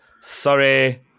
sorry